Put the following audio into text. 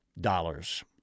dollars